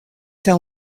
tell